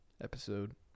episode